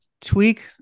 tweak